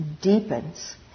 deepens